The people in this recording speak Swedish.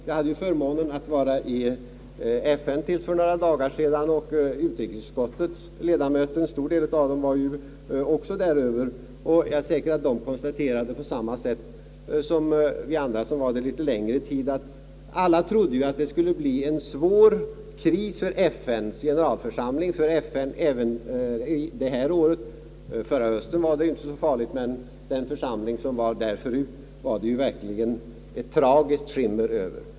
Jag hade förmånen att vara i FN till för några dagar sedan. Åtskilliga av utrikesutskottets ledamöter har också varit där, och jag är säker på att de gjorde samma konstaterande som vi andra, som var där under litet längre tid. Alla trodde att det skulle bli en svår kris för FN även i år — förra hösten var det inte så farligt — men den församling som sammanträdde året dessförinnan var det verkligen ett tragiskt skimmer över.